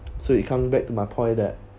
so it come back to my point that